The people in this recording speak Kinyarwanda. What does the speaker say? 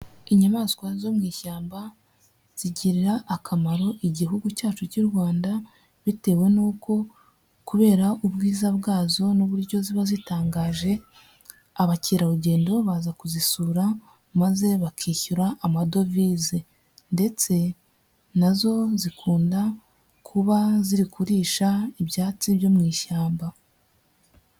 Inyamaswa zo mu ishyamba zigirira akamaro igihugu cyacu cy'u Rwanda, bitewe n'uko kubera ubwiza bwazo n'uburyo ziba zitangaje abakerarugendo baza kuzisura maze bakishyura amadovize, ndetse nazo zikunda kuba ziri kurisha ibyatsi byo mu ishyamba.